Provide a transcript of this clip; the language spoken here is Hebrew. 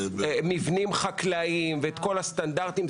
מבנים חקלאיים וכל הסטנדרטים.